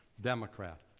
Democrat